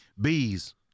Bees